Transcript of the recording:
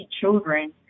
children